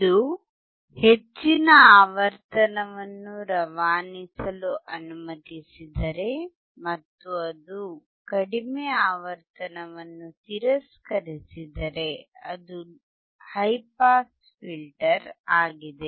ಇದು ಹೆಚ್ಚಿನ ಆವರ್ತನವನ್ನು ರವಾನಿಸಲು ಅನುಮತಿಸಿದರೆ ಮತ್ತು ಅದು ಕಡಿಮೆ ಆವರ್ತನವನ್ನು ತಿರಸ್ಕರಿಸಿದರೆ ಅದು ಹೈ ಪಾಸ್ ಫಿಲ್ಟರ್ ಆಗಿದೆ